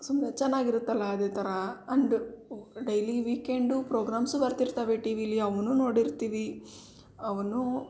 ಸುಮ್ಮನೆ ಚೆನ್ನಾಗಿರುತ್ತಲ್ಲ ಅದೇ ಥರ ಅಂಡ್ ಡೈಲಿ ವೀಕೆಂಡು ಪ್ರೋಗ್ರಾಮ್ಸು ಬರುತ್ತಿರ್ತವೆ ಟಿ ವಿಲಿ ಅವುನ್ನೂ ನೋಡಿರ್ತೀವಿ ಅವುನ್ನೂ